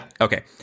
Okay